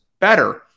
better